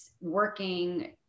working